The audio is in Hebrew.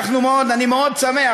אני מאוד שמח,